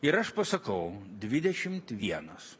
ir aš pasakau dvidešimt vienas